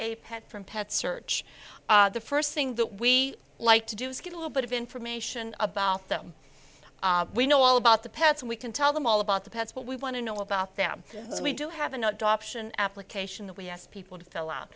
a pet from pet search the first thing that we like to do is get a little bit of information about them we know all about the pets and we can tell them all about the pets but we want to know about them so we do have an adoption application that we asked people to fill out